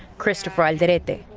christopher identity.